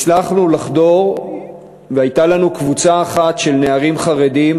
הצלחנו לחדור והייתה לנו קבוצה אחת של נערים חרדים